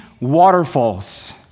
waterfalls